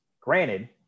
granted